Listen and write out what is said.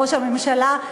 ראש הממשלה,